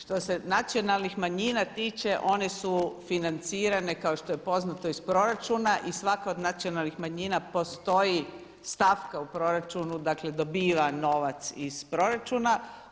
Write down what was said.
Što se nacionalnih manjina tiče one su financirane kao što je poznato iz proračuna i svaka od nacionalnih manjina postoji stavka u proračunu, dakle dobiva novac iz proračuna.